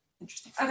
interesting